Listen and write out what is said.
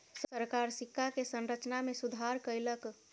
सरकार सिक्का के संरचना में सुधार कयलक